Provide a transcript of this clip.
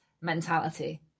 mentality